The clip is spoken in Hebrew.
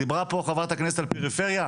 דיברה פה חברת הכנסת על פריפריה.